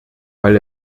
weil